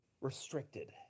restricted